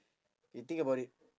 you think about it